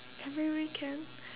every weekend